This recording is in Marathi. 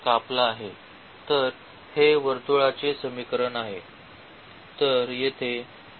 तर हे वर्तुळाचे समीकरण आहे